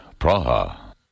Praha